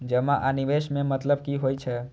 जमा आ निवेश में मतलब कि होई छै?